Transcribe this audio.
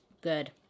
Good